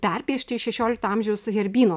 perpiešti iš šešiolikto amžiaus herbyno